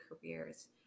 careers